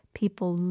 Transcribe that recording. people